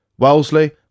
Wellesley